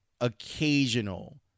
occasional